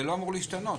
זה לא אמור להשתנות.